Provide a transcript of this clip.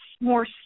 more